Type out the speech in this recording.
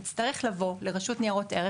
יצטרך לבוא לרשות ניירות ערך